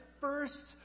first